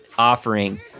offering